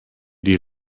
die